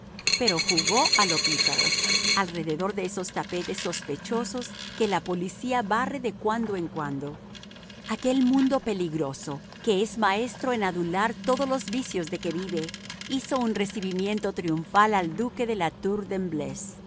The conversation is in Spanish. pero jugó a lo pícaro alrededor de esos tapetes sospechosos que la policía barre de cuando en cuando aquel mundo peligroso que es maestro en adular todos los vicios de que vive hizo un recibimiento triunfal al duque de la tour de